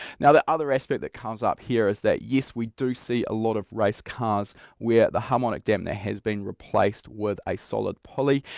now the other aspect that comes up here is that yes we do see a lot of race cars where the harmonic damper has been replaced with a solid pulley.